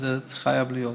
שזה חייב להיות.